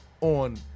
on